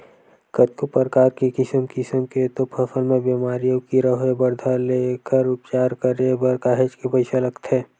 कतको परकार के किसम किसम के तो फसल म बेमारी अउ कीरा होय बर धर ले एखर उपचार करे बर काहेच के पइसा लगथे